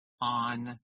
on